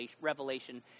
revelation